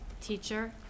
teacher